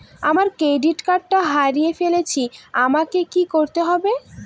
আমার ডেবিট কার্ডটা হারিয়ে ফেলেছি আমাকে কি করতে হবে?